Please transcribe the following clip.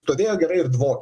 stovėjo gerai ir dvokė